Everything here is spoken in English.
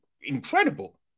incredible